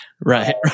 Right